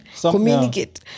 Communicate